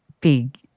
big